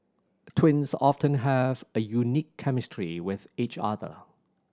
twins often have a unique chemistry with each other